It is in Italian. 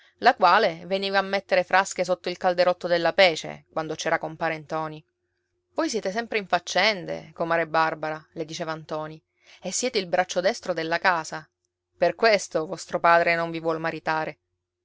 la quale veniva a metter frasche sotto il calderotto della pece quando c'era compare ntoni voi siete sempre in faccende comare barbara le diceva ntoni e siete il braccio destro della casa per questo vostro padre non vi vuol maritare